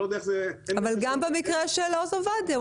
גם במקרה של עוז עובדיה,